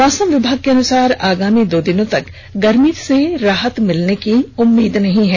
मौसम विभाग के अनुसार आगामी दो दिनों तक गर्मी से राहत की उम्मीद नहीं है